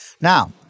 Now